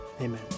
amen